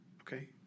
okay